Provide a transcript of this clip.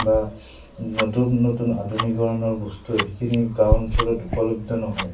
বা নতুন নতুন আধুনিক ধৰণৰ বস্তু সেইখিনি গাঁও অঞ্চলত উপলব্ধ নহয়